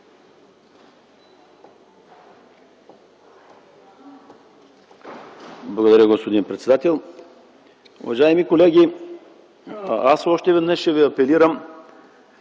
Благодаря, господин председател. Уважаеми колеги, аз още веднъж ще ви апелирам